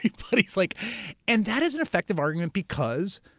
like but like and that is an effective argument because,